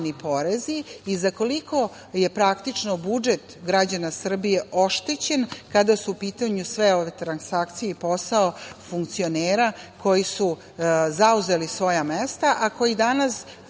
i za koliko je praktično budžet građana Srbije oštećen kada su u pitanju sve ove transakcije i posao funkcionera koji su zauzeli svoja mesta, a koji danas